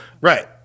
right